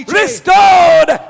restored